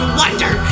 wonder